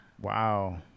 Wow